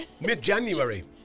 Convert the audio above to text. Mid-January